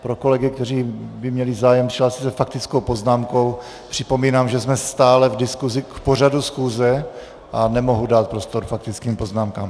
Pro kolegy, kteří by měli zájem se přihlásit s faktickou poznámkou, připomínám, že jsme stále v diskusi k pořadu schůze a nemohu dát prostor k faktickým poznámkám.